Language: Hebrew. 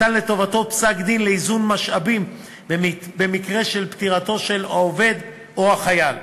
ניתן לטובתו פסק-דין לאיזון משאבים במקרה של פטירתו של העובד או החייל.